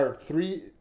three